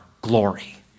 glory